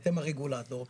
אתם הרגולטור,